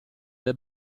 del